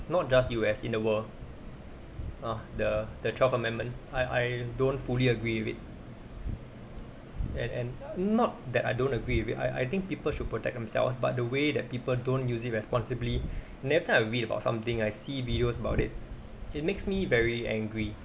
not just U_S in the world hor the the twelfth amendment I don't fully agree with it and and not that I don't agree with it I I think people should protect themselves but the way that people don't use it responsibly every time I read about something I see videos about it it makes me very angry